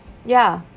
ya